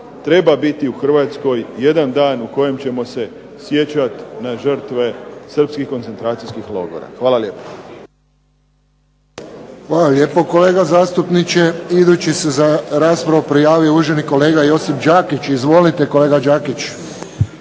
treba biti u Hrvatskoj jedan dan u kojem ćemo se sjećati na žrtve srpskih koncentracijskih logora. Hvala lijepa. **Friščić, Josip (HSS)** Hvala lijepo kolega zastupniče. Idući se za raspravu prijavio uvaženi kolega Josip Đakić. Izvolite kolega Đakić.